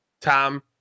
tom